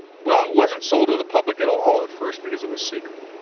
well, it wasn't sold to the public at all at first because it was secret